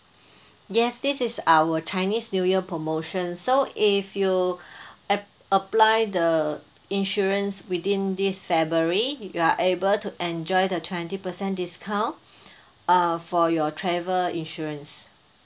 yes this is our chinese new year promotion so if you app~ apply the insurance within this february you are able to enjoy the twenty percent discount uh for your travel insurance